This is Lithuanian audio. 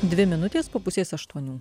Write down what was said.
dvi minutės po pusės aštuonių